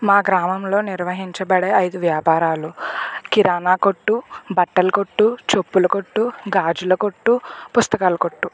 మా గ్రామంలో నిర్వహించబడే ఐదు వ్యాపారాలు కిరాణా కొట్టు బట్టల కొట్టు చెప్పుల కొట్టు గాజుల కొట్టు పుస్తకాల కొట్టు